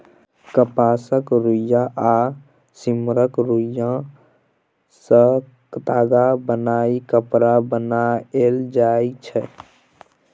कपासक रुइया आ सिम्मरक रूइयाँ सँ ताग बनाए कपड़ा बनाएल जाइ छै